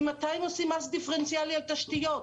ממתי עושים מס דיפרנציאלי על תשתיות?